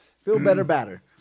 Feel-better-batter